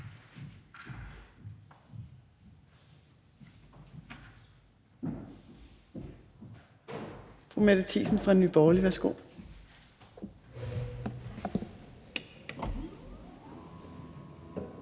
fru Mette Thiesen fra Nye Borgerlige. Værsgo.